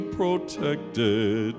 protected